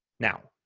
now,